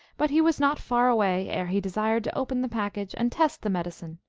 but he was not far away ere he desired to open the package and test the medicine,